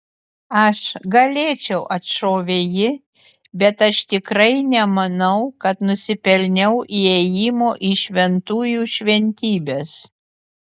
aš galėčiau atšovė ji bet aš tikrai nemanau kad nusipelniau įėjimo į šventųjų šventybes